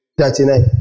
39